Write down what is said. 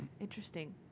Interesting